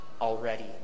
already